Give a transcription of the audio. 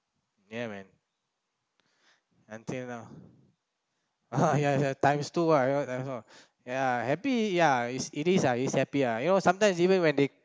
ya man until now uh ya ya times two ah you know that's all ya happy ya is it is ah is happy ah you know sometimes even when they